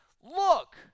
Look